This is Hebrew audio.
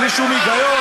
בלי שום היגיון.